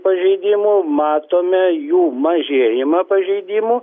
pažeidimų matome jų mažėjimą pažeidimų